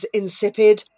insipid